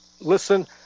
listen